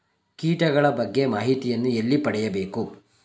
ಕೀಟಗಳ ಬಗ್ಗೆ ಮಾಹಿತಿಯನ್ನು ಎಲ್ಲಿ ಪಡೆಯಬೇಕು?